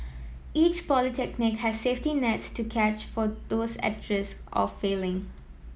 each polytechnic has safety nets to catch for those at risk of failing